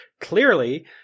clearly